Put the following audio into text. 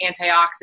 antioxidant